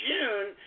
June